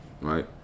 Right